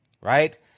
right